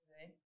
today